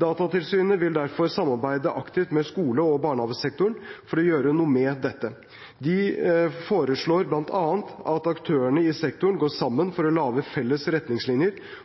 Datatilsynet vil derfor samarbeide aktivt med skole- og barnehagesektoren for å gjøre noe med dette. De foreslår bl.a. at aktørene i sektoren går sammen